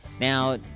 now